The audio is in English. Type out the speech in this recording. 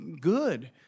good